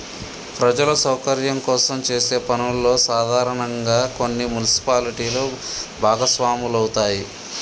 ప్రజల సౌకర్యం కోసం చేసే పనుల్లో సాధారనంగా కొన్ని మున్సిపాలిటీలు భాగస్వాములవుతాయి